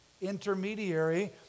intermediary